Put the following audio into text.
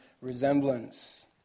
resemblance